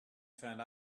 find